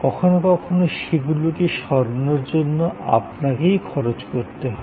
কখনো কখনো সেগুলিকে সরানোর জন্য আপনাকেই খরচ করতে হয়